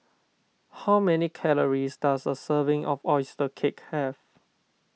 how many calories does a serving of Oyster Cake have